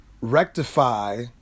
rectify